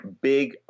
big